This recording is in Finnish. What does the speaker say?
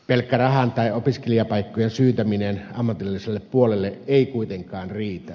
pelkkä rahan tai opiskelijapaikkojen syytäminen ammatilliselle puolelle ei kuitenkaan riitä